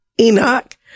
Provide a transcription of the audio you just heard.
Enoch